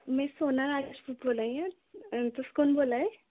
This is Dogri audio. में सोना राजपूत बोल्लै नी आं तुस कु'न बोल्लै दे